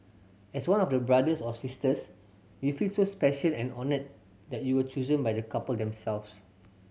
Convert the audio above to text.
as one of brothers or sisters you feel so special and honoured that you were chosen by the couple themselves